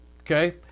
okay